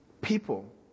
people